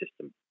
system